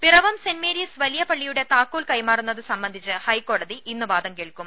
Piravom saint Mary's വലിയ പള്ളിയുടെ താക്കോൽ കൈമാ റുന്നത് സംബന്ധിച്ച് ഹൈക്കോടതി ഇന്ന് വാദം കേൾക്കും